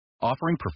offering